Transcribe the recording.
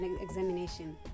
examination